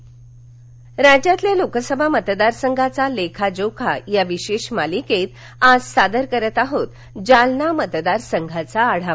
जलना मतदारसंघ राज्यातल्या लोकसभा मतदार संघांचा लेखाजोखा या विशेष मालिकेत आज सादर करत आहोत जालना मतदारसंघाचा आढावा